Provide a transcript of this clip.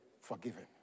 forgiven